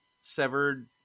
severed